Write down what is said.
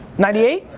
ninety eight?